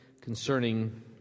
concerning